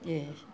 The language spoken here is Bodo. ए